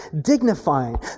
dignifying